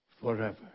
forever